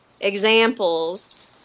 examples